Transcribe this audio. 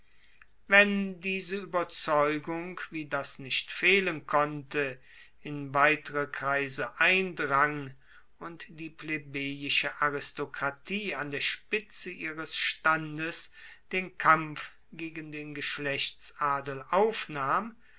wenn diese ueberzeugung wie das nicht fehlen konnte in weitere kreise eindrang und die plebejische aristokratie an der spitze ihres standes den kampf gegen den geschlechtsadel aufnahm